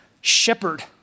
shepherd